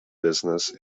business